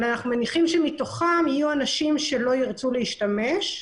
אנחנו מניחים שמתוכם יהיו שלא ירצו להשתמש.